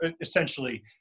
essentially